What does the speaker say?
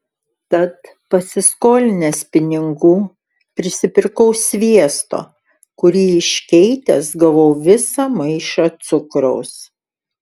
tad pasiskolinęs pinigų prisipirkau sviesto kurį iškeitęs gavau visą maišą cukraus